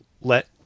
let